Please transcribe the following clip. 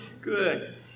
Good